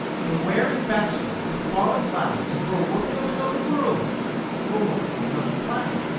the wary bachelor to fall at last. and for a woman of another world almost of another planet!